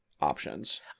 options